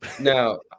Now